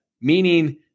meaning